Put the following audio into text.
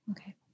Okay